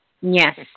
Yes